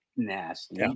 Nasty